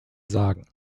sagen